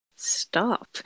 stop